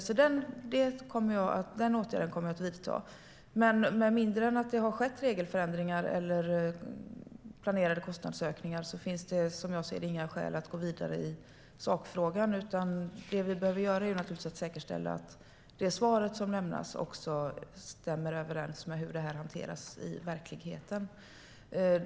Den åtgärden kommer jag att vidta. Men med mindre än att det har skett regelförändringar eller planerade kostnadsökningar finns det som jag ser det inga skäl att gå vidare i sakfrågan. Det vi behöver göra är naturligtvis att säkerställa att det svar som lämnats stämmer överens med hur det här hanteras i verkligheten.